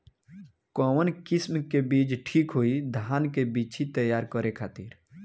कवन किस्म के बीज ठीक होई धान के बिछी तैयार करे खातिर?